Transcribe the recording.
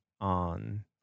on